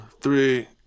three